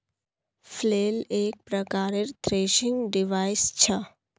flail एक प्रकारेर threshing device छ